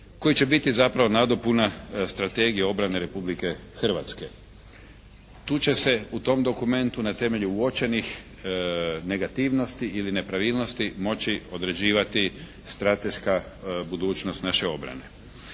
koji će biti zapravo nadopuna strategiji obrane Republike Hrvatske. Tu će se u tom dokumentu na temelju uočenih negativnosti ili nepravilnosti moći određivati strateška budućnost naše obrane.